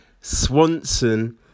Swanson